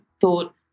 thought